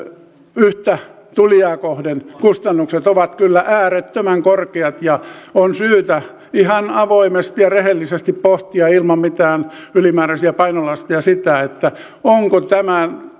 yhtä tulijaa kohden kustannukset ovat kyllä äärettömän korkeat ja on syytä ihan avoimesti ja rehellisesti pohtia ilman mitään ylimääräisiä painolasteja sitä onko